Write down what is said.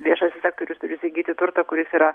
viešasis sektorius turi įsigyti turtą kuris yra